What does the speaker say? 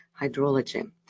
hydrology